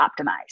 optimized